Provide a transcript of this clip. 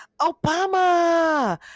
Obama